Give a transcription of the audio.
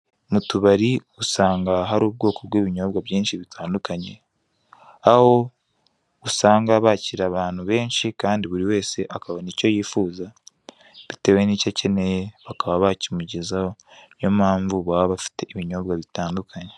Mu tubari usanga hari ubwoko bw'ibinyobwa byinshi bitandukanye, aho usanga bakira abantu benshi kandi buri wese akabona icyo yifuza, bitewe n'icyo akeneye bakaba bakimugezaho. Niyo mpamvu baba bafite ibinyobwa bitandukanye.